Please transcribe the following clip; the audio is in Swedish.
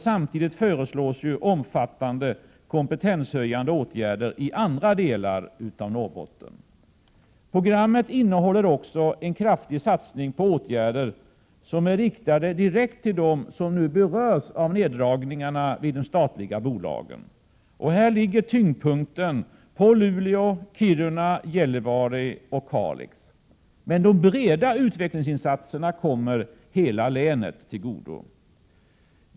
Samtidigt föreslås ju omfattande kompetenshöjande åtgärder i andra delar av Norrbotten. Programmet innehåller också en kraftig satsning på åtgärder som är riktade direkt till dem som nu berörs av neddragningarna vid de statliga bolagen. Här ligger tyngdpunkten på Luleå, Kiruna, Gällivare och Kalix, men de breda utvecklingsinsatserna kommer hela länet till godo.